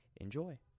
Enjoy